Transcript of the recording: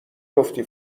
گفتی